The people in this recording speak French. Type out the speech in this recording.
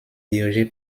dirigées